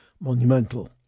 monumental